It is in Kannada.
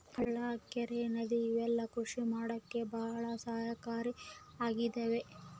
ಹಳ್ಳ ಕೆರೆ ನದಿ ಇವೆಲ್ಲ ಕೃಷಿ ಮಾಡಕ್ಕೆ ಭಾಳ ಸಹಾಯಕಾರಿ ಆಗಿದವೆ